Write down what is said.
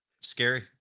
scary